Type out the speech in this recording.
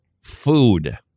food